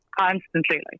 constantly